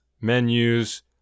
menus